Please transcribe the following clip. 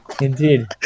Indeed